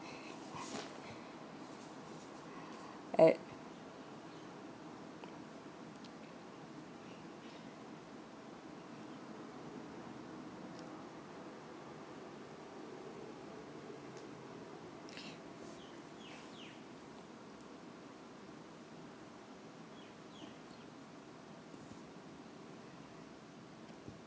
eh